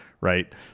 right